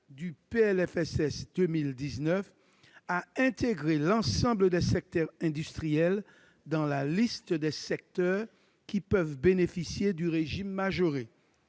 pour 2019, à intégrer l'ensemble des secteurs industriels dans la liste des secteurs qui peuvent bénéficier du régime majoré.